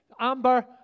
Amber